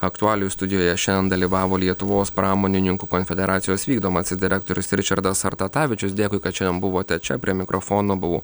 aktualijų studijoje šiandien dalyvavo lietuvos pramonininkų konfederacijos vykdomasis direktorius ričardas sartatavičius dėkui kad šiandien buvote čia prie mikrofono buvau